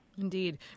Indeed